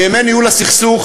בימי ניהול הסכסוך,